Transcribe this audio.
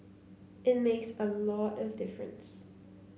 it makes a lot of difference